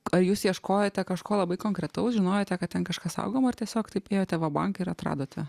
ar jūs ieškojote kažko labai konkretaus žinojote kad ten kažkas saugoma ar tiesiog taip ėjote vabank ir atradote